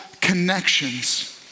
connections